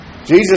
Jesus